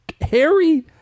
Harry